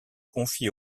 confiée